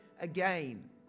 again